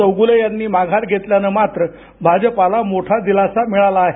चौगुले यांनी माघार घेतल्यानं मात्र भाजपला मोठा दिलासा मिळाला आहे